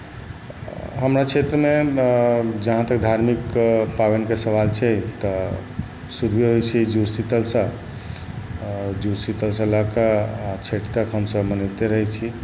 हमरा क्षेत्रमे जहाँ तक धार्मिक पाबनिके सवाल छै तऽ शुरुए होइ छै जुड़ शितल सँ जुड़ शीतल से लऽ कऽ छठि तक हमसभ मनाबिते रहै छी